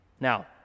Now